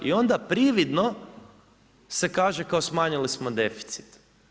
I onda prividno se kaže kao smanjili smo deficit.